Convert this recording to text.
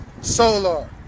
Solar